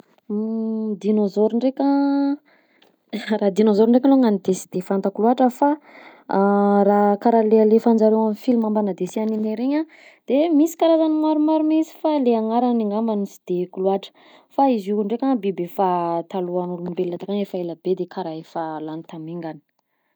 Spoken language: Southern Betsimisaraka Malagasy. Ny dinôzôro ndraika, raha dinôzôro ndraika alongany de sy de fantako loatra fa raha karaha le alefanjareo amy filma mbana dessin animé reny a de misy karazany maromaro minsy, fa le anarany angambany sy de aiko loatra, fa izy io ndraika biby efa talohan'olombelona takagny efa elabe de karaha efa lany tamingana.